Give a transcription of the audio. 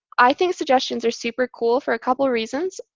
i think suggestions are super cool for a couple of reasons.